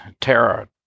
terror